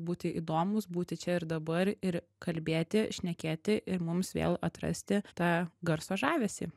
būti įdomūs būti čia ir dabar ir kalbėti šnekėti ir mums vėl atrasti tą garso žavesį